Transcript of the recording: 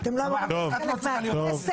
את לא צריכה להיות פה...